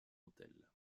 autel